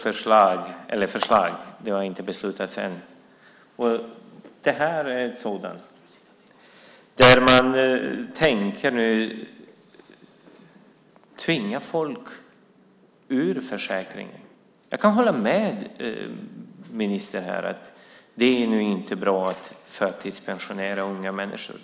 förslag, och det här är ett sådant, där man nu tänker tvinga folk ut ur försäkringen. Jag kan hålla med ministern om att det inte är bra att förtidspensionera unga människor.